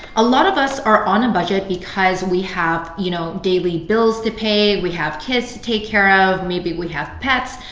a lot of us are on a budget because we have you know daily bills to pay, we have kids to take care of, maybe we have pets,